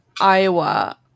iowa